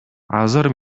азыр